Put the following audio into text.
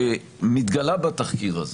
שמתגלה בתחקיר הזה